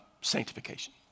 sanctification